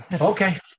Okay